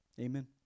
Amen